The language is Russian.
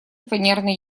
фанерный